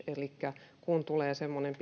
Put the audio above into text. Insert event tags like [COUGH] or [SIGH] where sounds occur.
elikkä kun tulee semmoinen [UNINTELLIGIBLE]